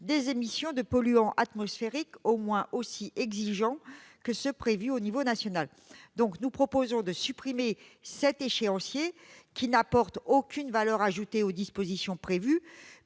des émissions de polluants atmosphériques au moins aussi exigeants que ceux prévus au niveau national. Nous proposons de supprimer cet échéancier qui n'apporte aucune valeur ajoutée aux dispositions prévues